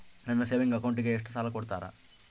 ನನ್ನ ಸೇವಿಂಗ್ ಅಕೌಂಟಿಗೆ ಎಷ್ಟು ಸಾಲ ಕೊಡ್ತಾರ?